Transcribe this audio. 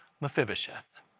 Mephibosheth